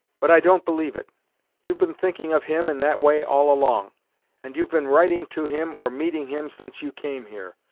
but i don't believe it you've been thinking of him in that way all along and you've been writing to him, or meeting him, since you came here.